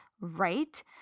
right